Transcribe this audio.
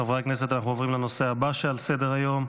חברי הכנסת, אנחנו עוברים לנושא הבא שעל סדר-היום,